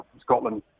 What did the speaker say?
Scotland